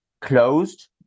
closed